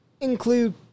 include